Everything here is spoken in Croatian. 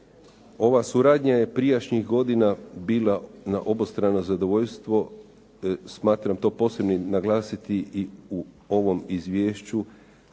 Ova suradnja je prijašnjih godina bila na obostrano zadovoljstvo, smatram to posebnim naglasiti i u ovom izvješću